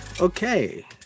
Okay